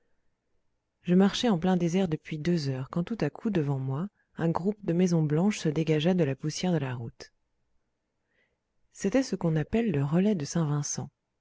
je marchais en plein désert depuis deux heures quand tout à coup devant moi un groupe de maisons blanches se dégagea de la poussière de la route c'était ce qu'on appelle le relais de saint-vincent